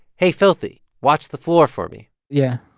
hey, filthy, watch the floor for me yeah.